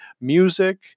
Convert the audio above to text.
music